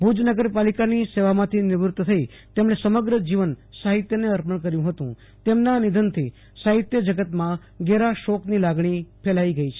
ભુજ નગરપાલિકાની સેવામાંથી ભિવૃત થઇ તેમણે સમગ્રે જીવન સાહિત્યને સમર્પણ કર્યું હતું તેમના નિર્ધનથી સાહિત્ય જગતમાં ઘેરા શોકની લાગણી ફેલાવી ગઈ છે